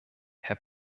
herr